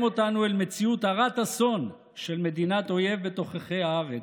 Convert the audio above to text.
אותנו אל מציאות הרת אסון של מדינת אויב בתוככי הארץ.